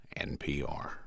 NPR